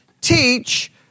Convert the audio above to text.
teach